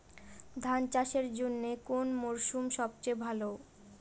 ধান চাষের জন্যে কোন মরশুম সবচেয়ে ভালো?